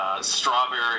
strawberry